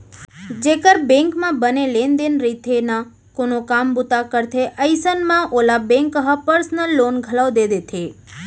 जेकर बेंक म बने लेन देन रइथे ना कोनो काम बूता करथे अइसन म ओला बेंक ह पर्सनल लोन घलौ दे देथे